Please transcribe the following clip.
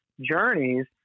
journeys